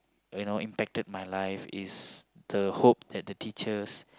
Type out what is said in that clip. you know impacted my life is the hope that the teachers